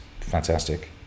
fantastic